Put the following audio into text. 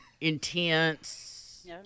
intense